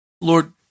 Lord